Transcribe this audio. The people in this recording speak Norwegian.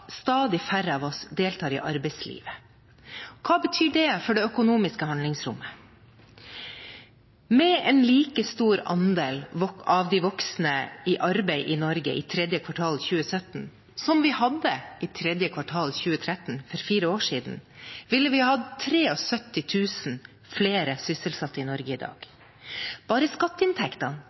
stadig færre av oss deltar i arbeidslivet. Hva betyr det for det økonomiske handlingsrommet? Med en like stor andel av de voksne i arbeid i Norge i tredje kvartal 2017 som vi hadde i tredje kvartal 2013 – for fire år siden – ville vi hatt 73 000 flere sysselsatte i Norge i dag. Bare skatteinntektene